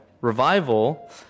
Revival